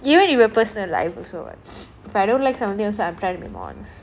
even in your personal life also [what] if I don't like somebody also I'm trying to be more honest